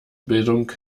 bildung